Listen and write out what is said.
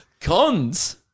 Cons